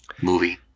movie